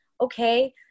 okay